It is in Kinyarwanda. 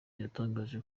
yatangaje